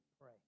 pray